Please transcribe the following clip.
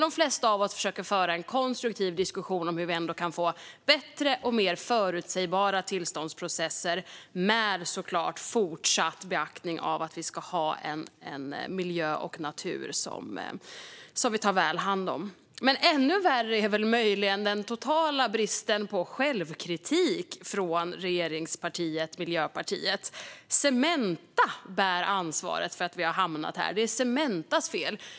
De flesta av oss försöker föra en konstruktiv diskussion om hur vi kan få bättre och mer förutsägbara tillståndsprocesser, självklart med fortsatt beaktande av att vi ska ta väl hand om miljö och natur. Ännu värre är möjligen den totala bristen på självkritik från regeringspartiet Miljöpartiet: Cementa bär tydligen ansvaret för att vi har hamnat här; det är Cementas fel.